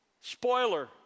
Spoiler